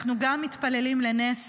אנחנו גם מתפללים לנס